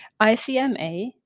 ICMA